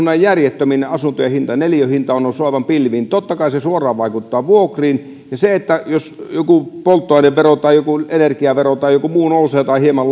näin järjettömiin asuntojen neliöhinta on noussut aivan pilviin niin totta kai se suoraan vaikuttaa vuokriin ja sillä jos joku polttoainevero tai joku energiavero tai joku muu nousee tai hieman